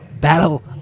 battle